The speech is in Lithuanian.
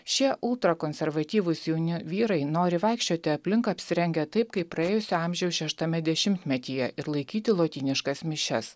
šie utrakonservatyvūs jauni vyrai nori vaikščioti aplink apsirengę taip kaip praėjusio amžiaus šeštame dešimtmetyje ir laikyti lotyniškas mišias